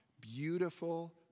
beautiful